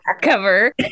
cover